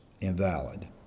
invalid